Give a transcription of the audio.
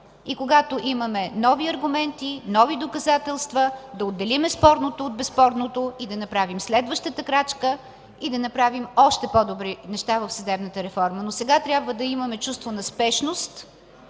И когато имаме нови аргументи, нови доказателства, да отделим спорното от безспорното и да направим следващата крачка – да направим още по-добри неща в съдебната реформа. Сега трябва да имаме чувство на спешност